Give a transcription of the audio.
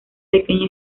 pequeña